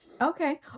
Okay